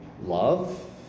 love